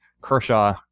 Kershaw